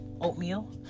oatmeal